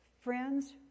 Friends